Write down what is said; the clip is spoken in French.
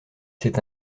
s’est